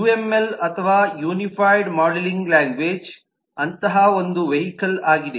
UML ಅಥವಾ unified modelling language ಅಂತಹ ಒಂದು ವೆಹಿಕಲ್ಆಗಿದೆ